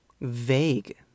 vague